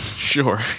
Sure